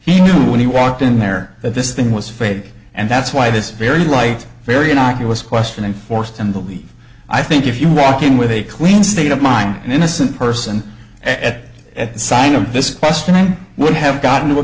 he knew when he walked in there that this thing was fake and that's why this very light very innocuous question enforced and believe i think if you walk in with a clean state of mind an innocent person at at the sign of this question i would have got into a